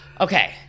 Okay